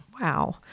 Wow